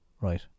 Right